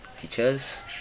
teachers